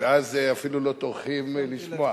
ואז אפילו לא טורחים לשמוע.